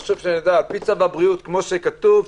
כמו שכתוב,